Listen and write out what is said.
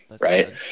Right